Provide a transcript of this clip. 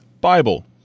Bible